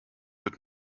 wird